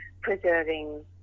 preserving